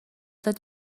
داده